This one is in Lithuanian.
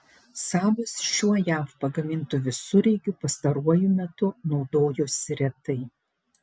sabas šiuo jav pagamintu visureigiu pastaruoju metu naudojosi retai